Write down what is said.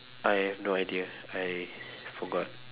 I have no idea I forgot